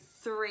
three